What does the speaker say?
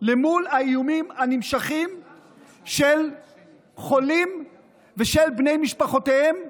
למול האיומים הנמשכים של חולים ושל בני משפחותיהם,